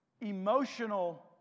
emotional